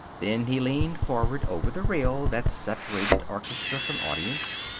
then he leaned forward over the rail that separated orchestra from audience.